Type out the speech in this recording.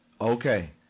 Okay